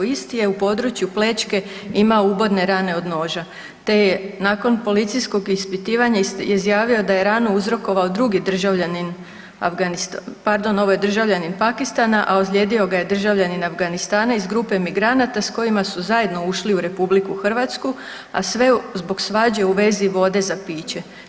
Isti je u području plećke imao ubodne rane od noža te je nakon policijskog ispitivanja izjavio da je ranu uzrokovao drugi državljanin Afganistana, pardon ovo je državljanin Pakistana, a ozlijedio ga je državljanin Afganistana iz grupe migranata s kojima su zajedno ušli u RH, a sve zbog svađe u vezi vode za piće.